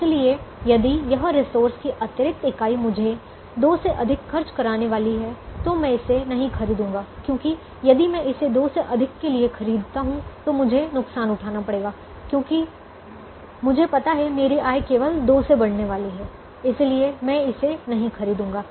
इसलिए यदि यह रिसोर्स की अतिरिक्त इकाई मुझे 2 से अधिक खर्च कराने वाली है तो मैं इसे नहीं खरीदूंगा क्योंकि यदि मैं इसे 2 से अधिक के लिए खरीदता हूं तो मुझे नुकसान उठाना पड़ेगा क्योंकि मुझे पता है मेरी आय केवल 2 से बढ़ने वाला है इसलिए मैं इसे नहीं खरीदूंगा